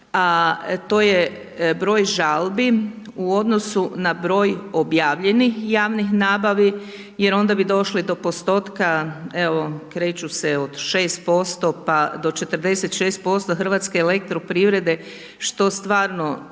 to je broj žalbi u odnosu na broj objavljenih javnih nabava, jer onda bi došli do postotka evo kreću se od 6% pa do 46% HEP-a što stvarno